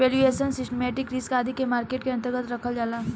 valuation, systematic risk आदि के market के अन्तर्गत रखल जाला